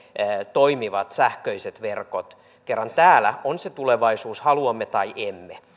toimivat sähköiset verkot kerran täällä on se tulevaisuus haluamme tai emme